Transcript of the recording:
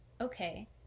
okay